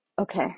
Okay